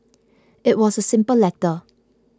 it was a simple letter